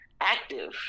active